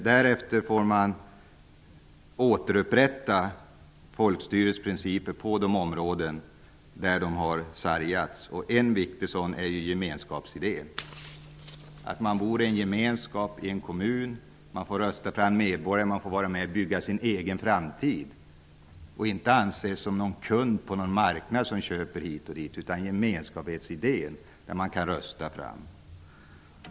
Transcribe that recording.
Därefter får man återupprätta folkstyrelsens principer på de områden där de har sargats. En viktig sådan är gemenskapsidén. Man bor i en gemenskap i en kommun. Man får rösta fram medborgare. Man får vara med och bygga sin egen framtid i stället för att anses som kund på någon marknad som köper hit och dit. Gemenskapsidén är viktig, och det är viktigt att man kan rösta.